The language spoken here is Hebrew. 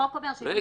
החוק אומר --- רגע.